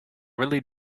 really